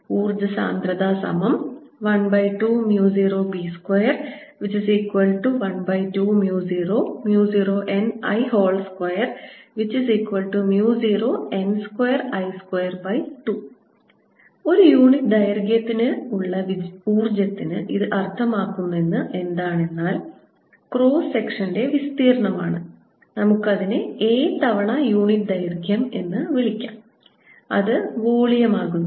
ഊർജ്ജ സാന്ദ്രത120B21200nI20n2I22 ഒരു യൂണിറ്റ് ദൈർഘ്യമുള്ള ഊർജ്ജത്തിന് ഇത് അർത്ഥമാക്കുന്നത് എന്താണെന്നാൽ ക്രോസ് സെക്ഷന്റെ വിസ്തീർണ്ണമാണ് നമുക്ക് അതിനെ a തവണ യൂണിറ്റ് ദൈർഘ്യം എന്ന് വിളിക്കാം അത് വോളിയം ആകുന്നു